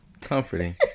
Comforting